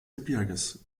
gebirges